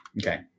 Okay